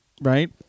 right